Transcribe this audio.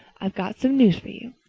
i've got some news for you.